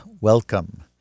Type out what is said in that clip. welcome